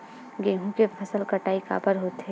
गेहूं के फसल कटाई काबर होथे?